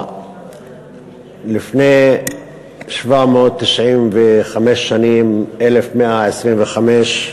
לפני 795 שנים, 1125,